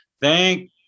thank